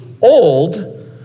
old